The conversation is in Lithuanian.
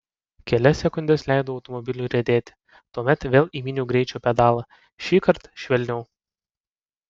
kelias sekundes leidau automobiliui riedėti tuomet vėl įminiau greičio pedalą šįkart švelniau